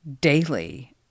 daily